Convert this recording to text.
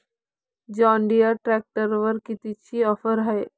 John Deere ट्रॅक्टरवर कितीची offer हाये?